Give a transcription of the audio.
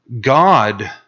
God